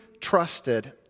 trusted